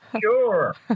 Sure